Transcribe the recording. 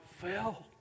fell